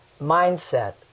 mindset